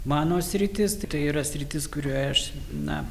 mano sritis tai yra sritis kurioje aš na